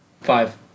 Five